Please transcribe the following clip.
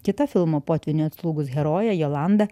kita filmo potvyniui atslūgus herojė jolanda